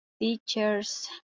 teachers